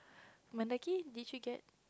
Mendaki did you get